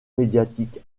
médiatique